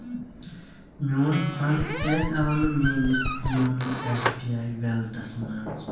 میون فنڈ کیٛازِ آو نہٕ میٲنِس YONO S B I wallets منٛز